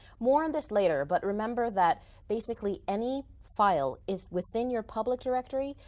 more on this later, but remember that basically any file, if within your public directory,